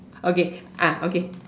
okay ah okay